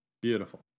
Beautiful